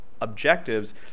objectives